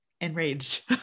enraged